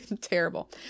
Terrible